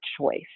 choice